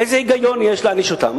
איזה היגיון יש בלהעניש אותן?